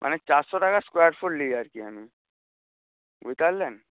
মানে চারশো টাকা স্কোয়ারফুট নিই আর কি আমি বুঝতে পারলেন